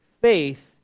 faith